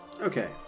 Okay